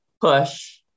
push